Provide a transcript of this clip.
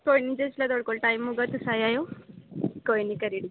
कोई निं जिसलै थुआढ़े कोल टाईम होगा तुस आई जायो कोई निं करी ओड़गी